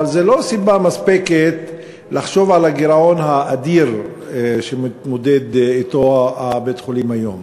אבל זו לא סיבה מספקת לגירעון האדיר שבית-החולים מתמודד אתו היום.